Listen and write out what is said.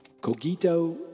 cogito